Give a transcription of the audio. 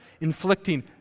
inflicting